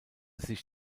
sich